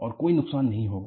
और कोई नुकसान नहीं होगा